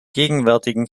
gegenwärtigen